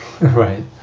Right